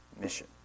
mission